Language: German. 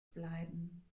bleiben